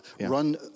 run